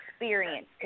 experience